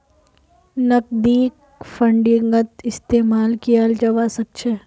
नकदीक फंडिंगत इस्तेमाल कियाल जवा सक छे